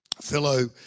fellow